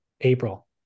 April